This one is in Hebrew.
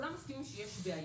כולם מסכימים שיש בעיה,